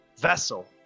vessel